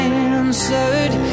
answered